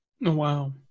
Wow